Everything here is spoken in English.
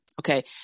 Okay